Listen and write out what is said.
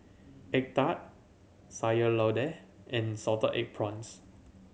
egg tart Sayur Lodeh and salted egg prawns